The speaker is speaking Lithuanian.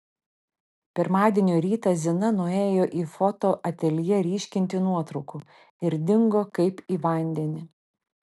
pirmadienio rytą zina nuėjo į foto ateljė ryškinti nuotraukų ir dingo kaip į vandenį